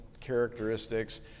characteristics